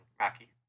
Rocky